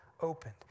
opened